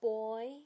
Boy